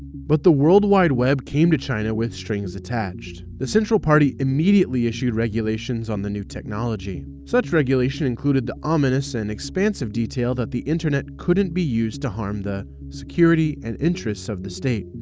but the world wide web came to china with strings attached. the central party immediately issued regulations on the new technology. such regulation included the ominous and expansive detail that the internet couldn't be used to harm the security and interests of the state,